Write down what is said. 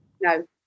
No